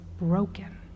broken